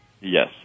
Yes